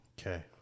Okay